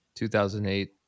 2008